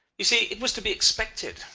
you see it was to be expected,